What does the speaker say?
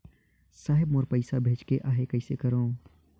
साहेब मोर पइसा भेजेक आहे, कइसे करो?